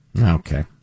Okay